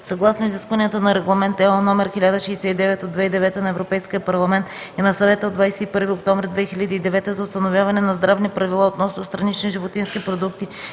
съгласно изискванията на Регламент (ЕО) № 1069/2009 на Европейския парламент и на Съвета от 21 октомври 2009 г. за установяване на здравни правила относно странични животински продукти